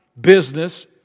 business